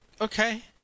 okay